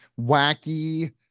wacky